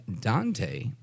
Dante